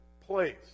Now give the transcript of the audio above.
place